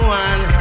one